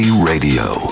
Radio